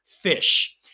Fish